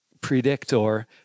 predictor